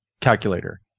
calculator